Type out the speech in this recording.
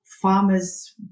farmers